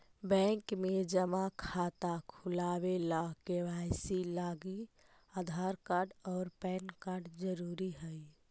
bank में जमा खाता खुलावे ला के.वाइ.सी लागी आधार कार्ड और पैन कार्ड ज़रूरी हई